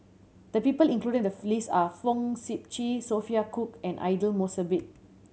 the people included in the list are Fong Sip Chee Sophia Cooke and Aidli Mosbit